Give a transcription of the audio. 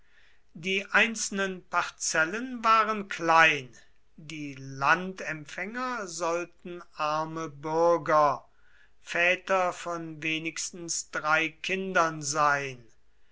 die einzelnen parzellen waren klein die landempfänger sollten arme bürger väter von wenigstens drei kindern sein